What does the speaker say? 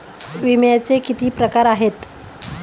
विम्याचे किती प्रकार आहेत?